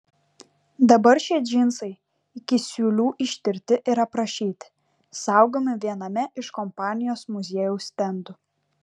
dabar šie džinsai iki siūlių ištirti ir aprašyti saugomi viename iš kompanijos muziejaus stendų